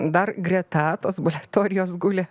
dar greta tos teorijos guli